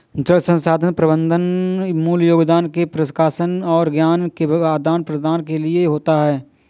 जल संसाधन प्रबंधन मूल योगदान के प्रकाशन और ज्ञान के आदान प्रदान के लिए होता है